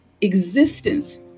Existence